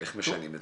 איך משנים את זה?